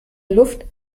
luft